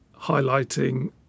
highlighting